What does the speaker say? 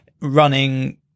running